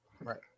Right